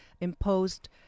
imposed